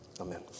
amen